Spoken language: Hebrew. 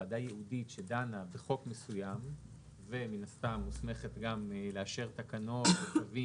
וועדה ייעודית שדנה בחוק מסוים ומן הסתם מוסמכת גם לאשר תקנות בתחומים